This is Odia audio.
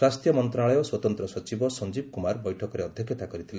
ସ୍ୱାସ୍ଥ୍ୟ ମନ୍ତ୍ରଣାଳୟ ସ୍ୱତନ୍ତ୍ର ସଚିବ ସଂଜୀବ କୁମାର ବୈଠକରେ ଅଧ୍ୟକ୍ଷତା କରିଥିଲେ